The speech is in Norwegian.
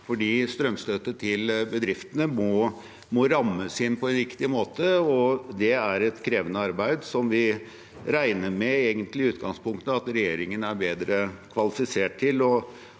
Strømstøtte til bedriftene må rammes inn på en riktig måte, og det er et krevende arbeid som vi i utgangspunktet egentlig regner med at regjeringen er bedre kvalifisert til